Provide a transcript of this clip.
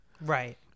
right